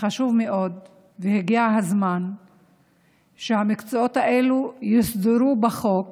חשוב מאוד, והגיע הזמן שהמקצועות האלו יוסדרו בחוק